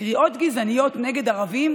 קריאות גזעניות נגד ערבים,